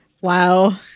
Wow